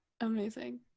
Amazing